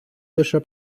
лише